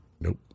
Nope